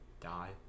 die